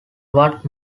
what